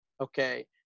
okay